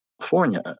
California